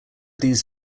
these